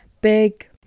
big